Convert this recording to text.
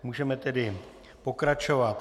Můžeme tedy pokračovat.